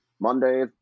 Monday